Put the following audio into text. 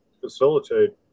facilitate